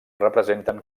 representen